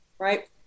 Right